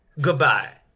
goodbye